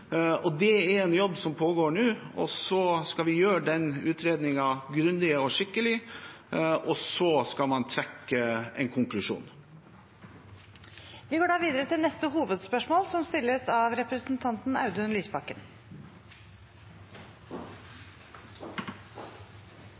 Det er en jobb som pågår nå, og så skal vi gjøre den utredningen grundig og skikkelig, og så skal man trekke en konklusjon. Vi går videre til neste hovedspørsmål.